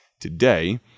today